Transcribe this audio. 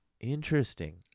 interesting